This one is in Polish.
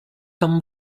tam